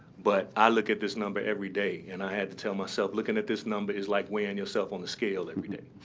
but i look at this number every day. and i had to tell myself, looking at this number is like weighing yourself on the scale every day.